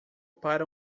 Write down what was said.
para